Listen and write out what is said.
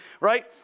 right